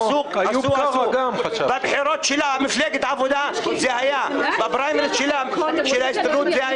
זה היה בפריימריז של מפלגת העבודה ושל ההסתדרות.